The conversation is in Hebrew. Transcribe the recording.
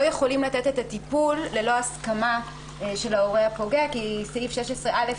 יכולים לתת את הטיפול ללא הסכמה של ההורה הפוגע כי סעיף 16(א)